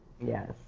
yes